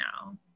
now